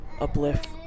uplift